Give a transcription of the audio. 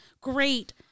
great